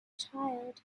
child